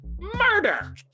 murder